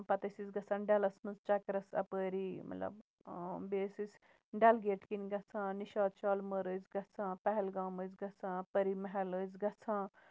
پَتہٕ ٲسۍ أسۍ گژھان ڈَلَس منٛز چکرَس اَپٲری مطلب بیٚیہِ ٲسۍ أسۍ ڈَل گیٹ کِنۍ گژھان نِشات شَالمور ٲسۍ گژھان پَہلگام ٲسۍ گژھان پٔری مَحل ٲسۍ گژھان